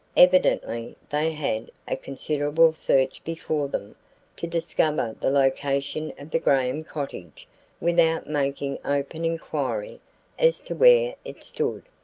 evidently they had a considerable search before them to discover the location of the graham cottage without making open inquiry as to where it stood.